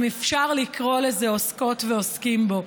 אם אפשר לקרוא לזה עוסקות ועוסקים בו,